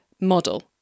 model